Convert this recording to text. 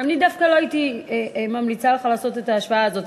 אני דווקא לא הייתי ממליצה לך לעשות את ההשוואה הזאת,